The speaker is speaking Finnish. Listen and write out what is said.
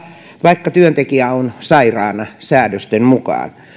vaikka työntekijä on sairaana säädösten mukaan